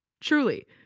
truly